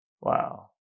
wow